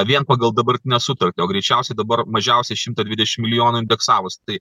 vien pagal dabartinę sutartį o greičiausiai dabar mažiausiai šimtą dvidešim milijonų indeksavus tai